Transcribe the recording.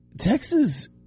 Texas